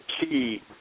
key